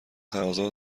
تقاضا